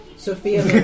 Sophia